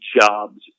jobs